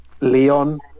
Leon